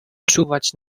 czuwać